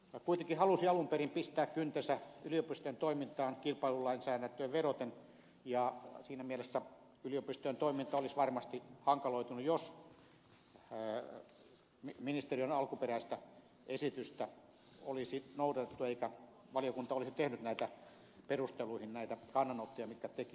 verottaja kuitenkin halusi alun perin pistää kyntensä yliopistojen toimintaan kilpailulainsäädäntöön vedoten ja siinä mielessä yliopistojen toiminta olisi varmasti hankaloitunut jos ministeriön alkuperäistä esitystä olisi noudatettu eikä valiokunta olisi tehnyt perusteluihin näitä kannanottoja mitkä teki